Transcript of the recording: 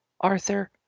Arthur